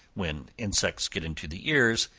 when insects get into the ears,